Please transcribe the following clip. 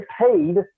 paid